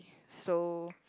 so